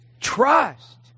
trust